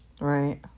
Right